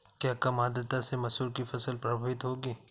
क्या कम आर्द्रता से मसूर की फसल प्रभावित होगी?